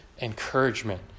encouragement